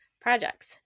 projects